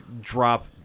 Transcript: drop